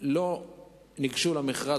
לא ניגשו למכרז,